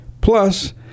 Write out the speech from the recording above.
plus